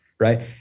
Right